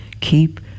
Keep